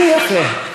זה יפה.